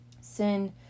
Sin